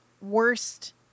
worst